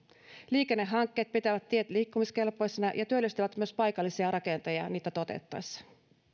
liikennehankkeet pitävät tiet liikkumiskelpoisina ja ja työllistävät myös paikallisia rakentajia niitä toteutettaessa